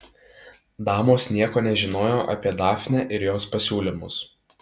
damos nieko nežinojo apie dafnę ir jos pasiūlymus